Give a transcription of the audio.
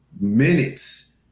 minutes